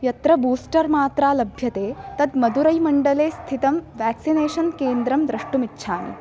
यत्र बूस्टर् मात्रा लभ्यते तत् मदुरैमण्डले स्थितं व्याक्सिनेषन् केन्द्रं द्रष्टुमिच्छामि